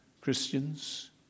Christians